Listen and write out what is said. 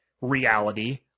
reality